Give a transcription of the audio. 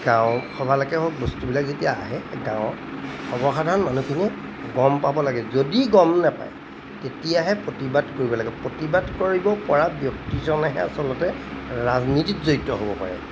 গাঁৱসভালৈকে হওক বস্তুবিলাক যেতিয়া আহে গাঁৱত সৰ্বসাধাৰণ মানুহখিনিয়ে গম পাব লাগে যদি গম নেপায় তেতিয়াহে প্ৰতিবাদ কৰিব লাগে প্ৰতিবাদ কৰিবপৰা ব্যক্তিজনেহে আচলতে ৰাজনীতিত জড়িত হ'ব পাৰে